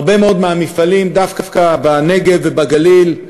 הרבה מאוד מהמפעלים דווקא בנגב ובגליל,